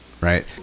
right